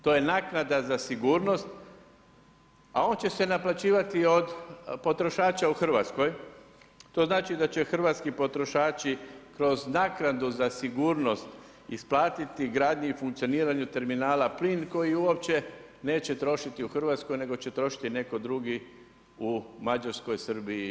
To je naknada za sigurnost, a on će se naplaćivati od potrošača u Hrvatskoj, to znači da će hrvatski potrošači kroz naknadu za sigurnost isplatiti gradnji i funkcioniranju terminala plin koji uopće neće trošiti u Hrvatskoj, nego će trošiti netko drugi u Mađarskoj, Srbiji i BiH.